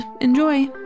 enjoy